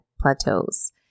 plateaus